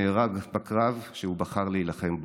נהרג בקרב שהוא בחר להילחם בו,